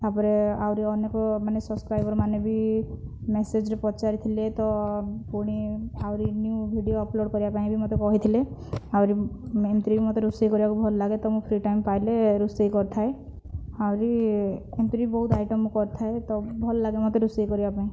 ତା'ପରେ ଆହୁରି ଅନେକ ମାନେ ସବସ୍କ୍ରାଇବର୍ ମାନେ ବି ମେସେଜ୍ରେ ପଚାରିଥିଲି ତ ପୁଣି ଆହୁରି ନିୟୁ ଭିଡ଼ିଓ ଅପଲୋଡ଼୍ କରିବା ପାଇଁ ବି ମୋତେ କହିଥିଲେ ଆହୁରି ଏମିତିରେ ବି ମୋତେ ରୋଷେଇ କରିବାକୁ ଭଲ ଲାଗେ ତ ମୁଁ ଫ୍ରି ଟାଇମ୍ ପାଇଲେ ରୋଷେଇ କରିଥାଏ ଆହୁରି ଏମିତିରେ ବି ବହୁତ ଆଇଟମ୍ ମୁଁ କରିଥାଏ ତ ଭଲ ଲାଗେ ମୋତେ ରୋଷେଇ କରିବା ପାଇଁ